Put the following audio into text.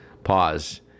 Pause